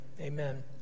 Amen